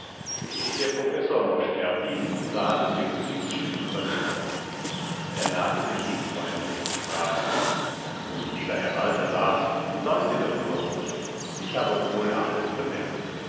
der professor mosch terpin sah des jünglings schlimme verlegenheit er nahte sich ihm freundlich und sprach nun nun lieber herr balthasar sein sie doch nur ruhig ich habe wohl alles bemerkt